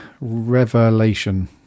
revelation